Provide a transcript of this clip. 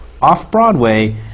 Off-Broadway